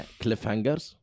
cliffhangers